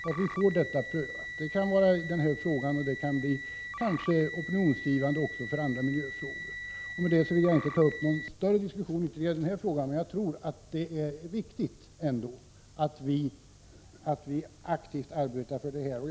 En sådan prövning av denna miljöfråga kan bli opinionsbildande även när det gäller andra miljöfrågor. Jag skall inte ta upp någon längre diskussion i denna fråga, men jag tror att det är viktigt att vi aktivt arbetar för denna sak.